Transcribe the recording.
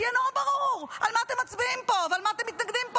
שיהיה נורא ברור על מה אתם מצביעים פה ולמה אתם מתנגדים פה